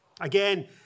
Again